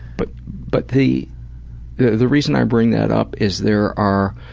but but the yeah the reason i bring that up is there are